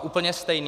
Úplně stejný.